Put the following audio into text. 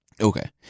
Okay